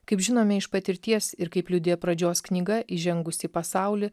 kaip žinome iš patirties ir kaip liudija pradžios knyga įžengus į pasaulį